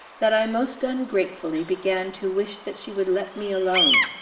that i most ungratefully began to wish that she would let me alone.